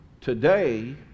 today